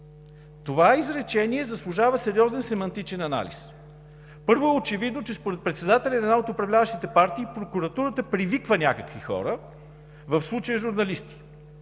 Това изречение заслужава сериозен семантичен анализ. Първо, очевидно е, че според председателя на една от управляващите партии прокуратурата привиква някакви хора, в случая журналисти.